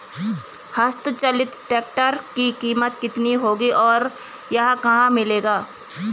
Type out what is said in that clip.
हस्त चलित ट्रैक्टर की कीमत कितनी होगी और यह कहाँ मिलेगा?